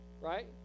right